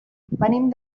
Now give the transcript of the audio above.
venim